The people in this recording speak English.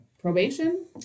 Probation